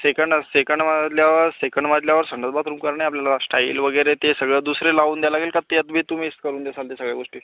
second second मजल्यावर second मजल्यावर संडास बाथरूम करणे आपल्याला स्टाइल वगैरे ते सगळं दुसरे लावून द्यायला लागेल का त्यातबी तुम्हीच करून देशाल त्या सगळ्या गोष्टी